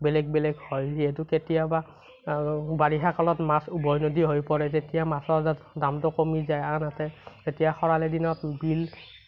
বেলেগ বেলেগ হয় যিহেতু কেতিয়াবা বাৰিষাকালত মাছ উভৈনদী হৈ পৰে তেতিয়া মাছৰ দামটো কমি যায় আনহাতে যেতিয়া খৰালি দিনত বিল